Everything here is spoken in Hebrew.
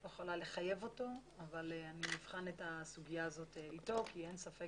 אני לא יכולה לחייב אותו אבל אני אבחן אתו את הסוגיה הזאת כי אין ספק